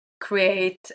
create